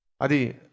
Adi